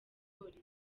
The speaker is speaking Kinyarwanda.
polisi